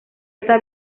está